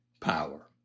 power